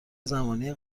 زمانی